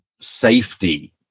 safety